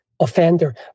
offender